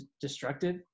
destructive